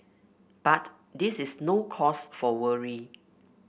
but this is no cause for worry